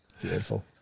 Beautiful